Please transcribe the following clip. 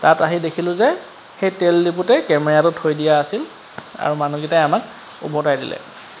তাত আহি দেখিলোঁ যে সেই তেলডিপুতে কেমেৰাটো থৈ দিয়া আছিল আৰু মানুহকেইটাই আমাক উভোতাই দিলে